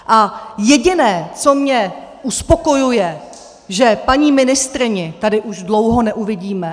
A jediné, co mě uspokojuje, že paní ministryni tady už dlouho neuvidíme.